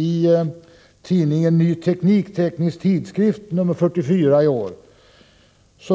I tidningen Ny Teknik — teknisk tidskrift 1984:44